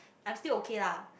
I'm still okay lah